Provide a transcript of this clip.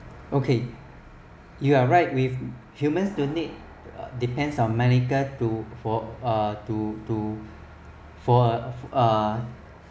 okay you are right with humans do need depends on medical to to for uh to to for uh